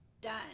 done